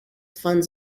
funds